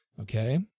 Okay